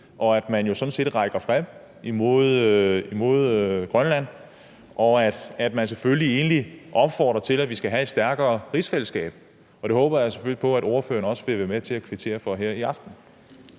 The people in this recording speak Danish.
og at man jo sådan set rækker hånden frem imod Grønland, og at man selvfølgelig egentlig opfordrer til, at vi skal have et stærkere rigsfællesskab. Og det håber jeg selvfølgelig på at ordføreren også vil være med til at kvittere for her i aften.